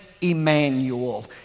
Emmanuel